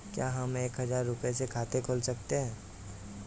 क्या हम एक हजार रुपये से खाता खोल सकते हैं?